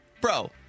Bro